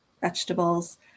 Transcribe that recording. vegetables